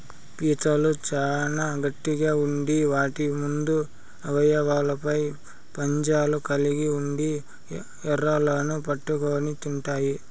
పీతలు చానా గట్టిగ ఉండి వాటి ముందు అవయవాలపై పంజాలు కలిగి ఉండి ఎరలను పట్టుకొని తింటాయి